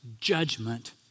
judgment